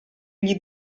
gli